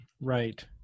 Right